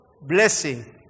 blessing